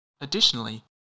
Additionally